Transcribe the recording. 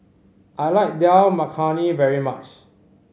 I like Dal Makhani very much